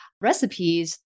recipes